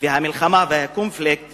והמלחמה והקונפליקט